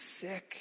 sick